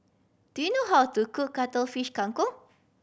do you know how to cook Cuttlefish Kang Kong